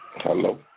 Hello